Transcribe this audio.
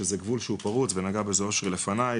שזה גבול שהוא פרוץ ונגע בזה אושרי לפני.